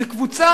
זו קבוצה